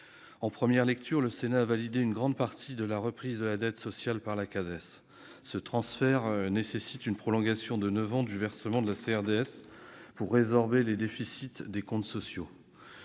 En première lecture, le Sénat a validé une grande partie de la reprise de la dette sociale par la Cades. Ce transfert nécessite une prolongation de neuf ans du versement de la CRDS pour résorber les déficits des comptes sociaux.